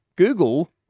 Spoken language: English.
Google